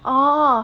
oh